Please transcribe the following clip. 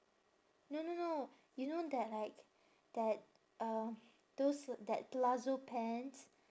no no no you know that like that uh those that palazzo pants